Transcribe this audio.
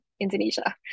Indonesia